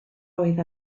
oedd